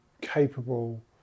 capable